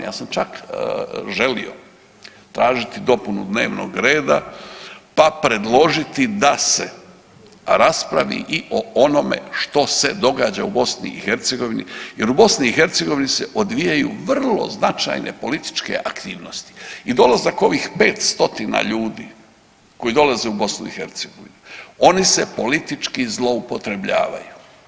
Ja sam čak želio tražiti dopunu dnevnog reda, pa predložiti da se raspravi i o onome što se događa u BiH jer u BiH se odvijaju vrlo značajne političke aktivnosti i dolazak ovih 5 stotina ljudi koji dolaze u BiH oni se politički zloupotrebljavaju.